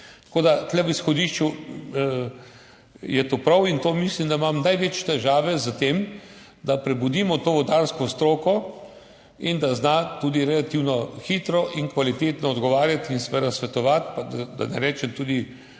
tako naprej. V izhodišču je to prav in mislim, da imamo največje težave s tem, da prebudimo to vodarsko stroko in da bo znala tudi relativno hitro in kvalitetno odgovarjati in seveda svetovati, da ne rečem tudi